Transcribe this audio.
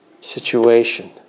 situation